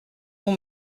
mon